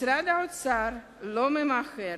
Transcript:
משרד האוצר לא ממהר